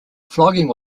flogging